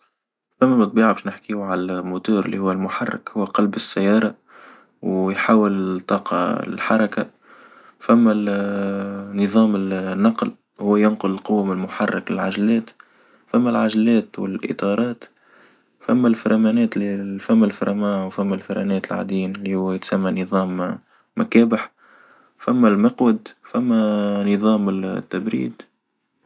أما بيعرف نحكيو على الموتير اللي هو المحرك هو قلب السيارة، أو يحاول الطاقة الحركة، فما نظام النقل هو ينقل القوة من محرك العجلات، فما العجلات والإطارات، فما الفرامانات، فما وفما الفرامات العادية اللي هو يسمى نظام مكابح، فما المقود فما نظام التبريد.